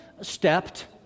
stepped